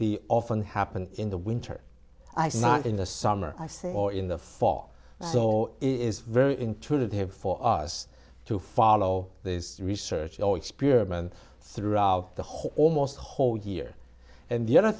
the often happen in the winter i sang in the summer i say or in the fall so is very intuitive for us to follow this research our experience throughout the whole almost a whole year and the other